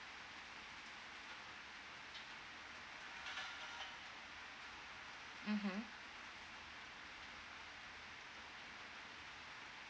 mmhmm